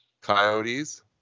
Coyotes